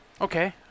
Okay